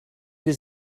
does